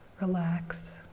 relax